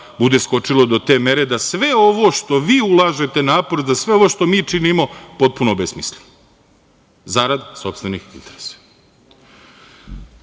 bude skočilo do te mere da sve ovo što vi ulažete napor, da sve ovo što mi činimo, potpuno obesmisli zarad sopstvenih interesa. Toliko